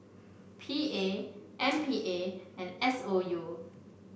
P A M P A and S O U